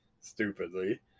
stupidly